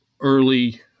early